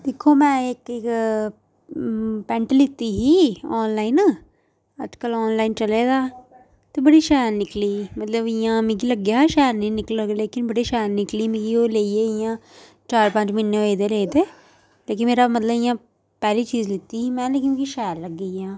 दिक्खो मै इक पेंट लैती ही आनलाइन अज्जकल आनलाइन चले दा ते बड़ी शैल निकली ही मतलब इ'यां मिगी लग्गेआ हा शैल नी निकलग लेकिन बड़ी शैल निकली मिगी ओह् लेइयै इयां चार पंज म्हीने होई गे लेदे लेकिन मेरा मतलब इ'यां पैह्ली चीज़ लैती ही मै लेकिन मिगी शैल लग्गी इ'यां